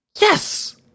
Yes